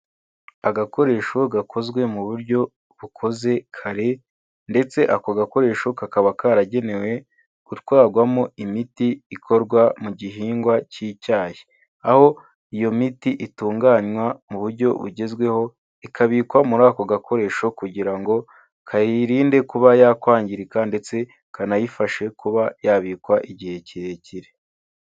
Agakoresho gakozwe mu buryo bukoze kare ndetse ako gakoresho kakaba karagenewe gutwarwamo imiti ikorwa mu gihingwa k'icyayi aho iyo miti itunganywa mu buryo bugezweho, ikabikwa muri ako gakoresho kugira ngo kayirinde kuba yakwangirika ndetse kanayifashe kuba yabikwa igihe kirekire.